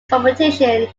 competition